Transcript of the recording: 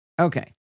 Okay